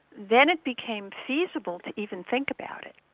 then it became feasible to even think about it.